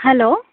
hello